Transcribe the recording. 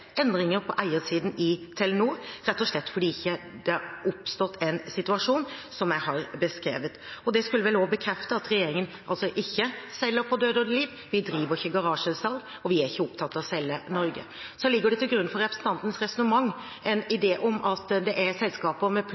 endringer på eiersiden i Telenor, rett og slett fordi det ikke har oppstått en situasjon som jeg har beskrevet. Det skulle vel også bekrefte at regjeringen ikke på død og liv selger, vi driver ikke garasjesalg, og vi er ikke opptatt av å selge Norge. Så ligger det til grunn for representantens resonnement en idé om at det er selskaper med